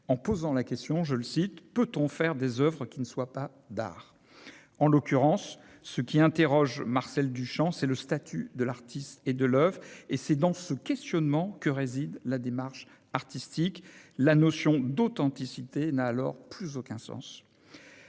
en posant la question :« Peut-on faire des oeuvres qui ne soient pas d'art ?». En l'occurrence, ce qu'interroge Marcel Duchamp, c'est le statut de l'artiste et de l'oeuvre, et c'est dans ce questionnement que réside la démarche artistique. La notion d'authenticité n'a alors plus aucun sens.